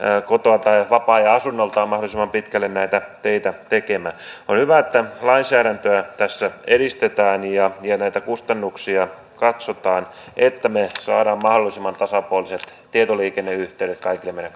kotoa tai vapaa ajan asunnoltaan mahdollisimman pitkälle näitä töitä tekemään on hyvä että lainsäädäntöä tässä edistetään ja ja näitä kustannuksia katsotaan että me saamme mahdollisimman tasapuoliset tietoliikenneyhteydet kaikille meidän